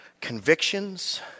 convictions